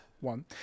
one